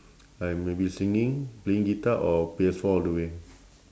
I may be singing playing guitar or P_S four all the way